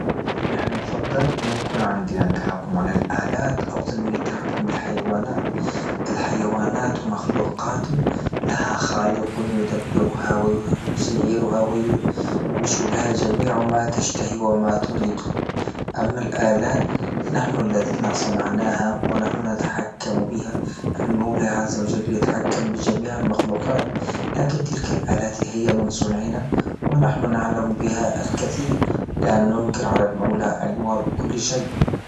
نحنا نفضل أن يكون عندنا التحكم على ألات أفضل من التحكم بالحيوانات، الحيوانات مخلوقات لها خالق يدبرها ويسيرها وي- يمشيو لها جميع ما تشتهي وما تريد، أما الألات نحن الذين صنعناها ونحن نتحكم بها المولى عز وجل يتحكم بجميع المخلوقات لكن تلك الألات هيا من صنعنا ونحنو نعمل بها الكثير لا ننكر على المولى علمه بكل شيء.